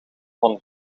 van